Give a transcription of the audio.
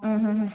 ಹ್ಞೂ ಹ್ಞೂ ಹ್ಞೂ